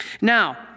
Now